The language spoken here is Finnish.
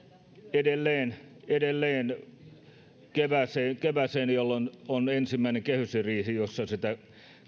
edelleen edelleen kevääseen kevääseen jolloin on ensimmäinen kehysriihi jossa sitä